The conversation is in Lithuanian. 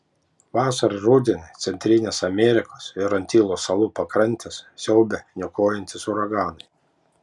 vasarą ir rudenį centrinės amerikos ir antilų salų pakrantes siaubia niokojantys uraganai